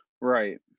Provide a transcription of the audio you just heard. right